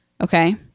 okay